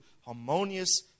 harmonious